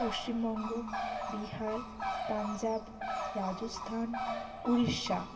Paschimbanga Bihar Punjab Rajasthan Orissa